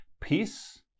peace